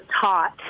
taught